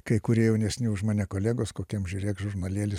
kai kurie jaunesni už mane kolegos kokiam žiūrėk žurnalėly